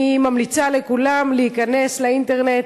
אני ממליצה לכולם להיכנס לאינטרנט,